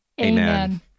Amen